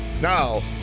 now